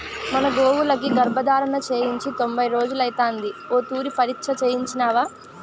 మన గోవులకి గర్భధారణ చేయించి తొంభై రోజులైతాంది ఓ తూరి పరీచ్ఛ చేయించినావా